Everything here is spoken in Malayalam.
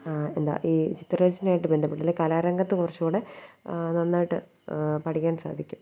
എന്താണ് ഈ ചിത്രരചനയായിട്ട് ബന്ധപ്പെട്ടുള്ള കലാരംഗത്ത് കുറച്ചുകൂടെ നന്നായിട്ട് പഠിക്കാൻ സാധിക്കും